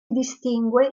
distingue